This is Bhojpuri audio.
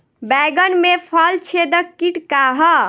बैंगन में फल छेदक किट का ह?